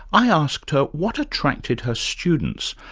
i asked her what attracted her students,